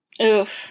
Oof